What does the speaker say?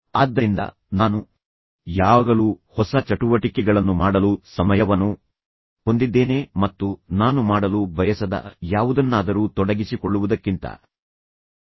ಆದ್ದರಿಂದ ನಾನು ಯಾವಾಗಲೂ ಹೊಸ ಚಟುವಟಿಕೆಗಳನ್ನು ಮಾಡಲು ಸಮಯವನ್ನು ಹೊಂದಿದ್ದೇನೆ ಮತ್ತು ನಾನು ಮಾಡಲು ಬಯಸದ ಯಾವುದನ್ನಾದರೂ ತೊಡಗಿಸಿಕೊಳ್ಳುವುದಕ್ಕಿಂತ ಸೃಜನಶೀಲ ಕಾರ್ಯಗಳಲ್ಲಿ ಹೆಚ್ಚು ಸಮಯವನ್ನು ಕಳೆಯುತ್ತೇನೆ